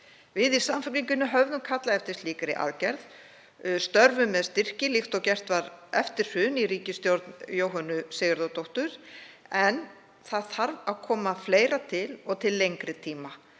Við í Samfylkingunni höfðum kallað eftir slíkri aðgerð, störfum með styrki, líkt og gert var eftir hrun í ríkisstjórn Jóhönnu Sigurðardóttur, en það þarf að koma fleira til og til lengri tíma.